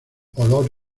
olor